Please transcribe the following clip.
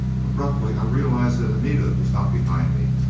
abruptly i realized that anita was not behind me!